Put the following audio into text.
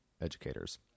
educators